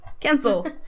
Cancel